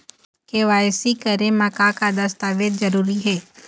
KYC करे म का का दस्तावेज जरूरी हे?